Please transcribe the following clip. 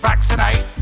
Vaccinate